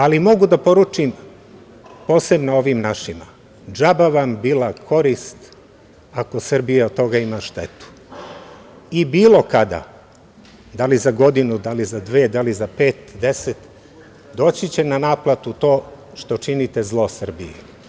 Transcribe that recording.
Ali mogu poručim posebno ovim našima – džaba vam bila korist ako Srbija od toga ima štetu i bilo kada, da li za godinu, da li za dve, da li za pet, deset, doći će na naplatu to što činite zlo Srbiji.